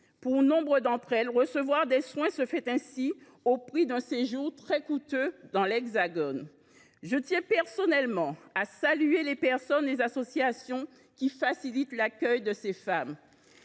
Pour nombre de patientes, recevoir des soins se fait au prix d’un séjour très coûteux en métropole. Je tiens personnellement à saluer les personnes et associations qui facilitent l’accueil de ces femmes.